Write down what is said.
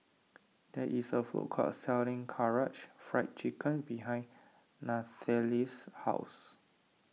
there is a food court selling Karaage Fried Chicken behind Nathaly's house